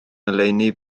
ngoleuni